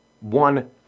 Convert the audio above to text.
one